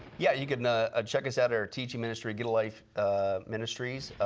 yeah, you can ah ah check us out at our teaching ministry get a life ah ministries.